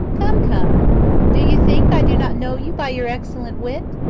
come, come do you think i do not know you by your excellent wit?